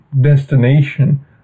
destination